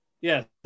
Yes